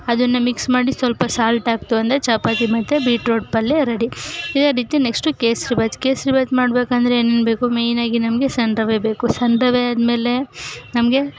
ಅದನ್ನು ಮಿಕ್ಸ್ ಮಾಡಿ ಸ್ವಲ್ಪ ಸಾಲ್ಟು ಹಾಕ್ತು ಅಂದರೆ ಚಪಾತಿ ಮತ್ತು ಬೀಟ್ರೋಟ್ ಪಲ್ಯ ರೆಡಿ ಇದೇ ರೀತಿ ನೆಕ್ಸ್ಟು ಕೇಸರಿಬಾತು ಕೇಸರಿಬಾತು ಮಾಡಬೇಕಂದ್ರೆ ಏನೇನು ಬೇಕು ಮೇಯ್ನಾಗಿ ನಮಗೆ ಸಣ್ಣ ರವೆ ಬೇಕು ಸಣ್ಣ ರವೆ ಆದಮೇಲೆ ನಮಗೆ